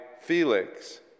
Felix